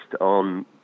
on